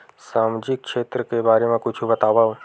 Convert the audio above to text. सामजिक क्षेत्र के बारे मा कुछु बतावव?